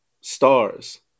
stars